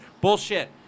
Bullshit